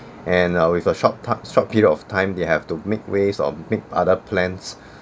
and uh with a short time short period of time they have to make ways or make other plans